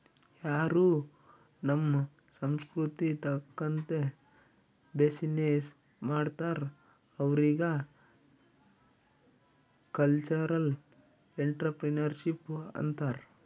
ಯಾರೂ ನಮ್ ಸಂಸ್ಕೃತಿ ತಕಂತ್ತೆ ಬಿಸಿನ್ನೆಸ್ ಮಾಡ್ತಾರ್ ಅವ್ರಿಗ ಕಲ್ಚರಲ್ ಇಂಟ್ರಪ್ರಿನರ್ಶಿಪ್ ಅಂತಾರ್